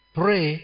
pray